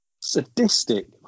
Sadistic